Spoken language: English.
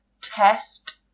test